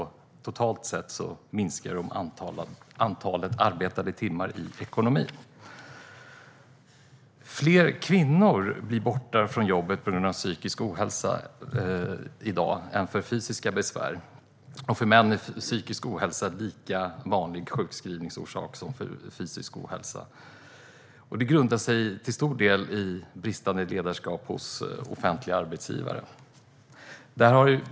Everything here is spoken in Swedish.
Totalt sett minskar antalet arbetade timmar i ekonomin. Fler kvinnor är i dag borta från jobbet på grund av psykisk ohälsa än på grund av fysiska besvär, och för män är psykisk ohälsa en lika vanlig sjukskrivningsorsak som fysisk ohälsa. Det grundar sig till stor del i bristande ledarskap hos offentliga arbetsgivare.